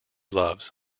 loves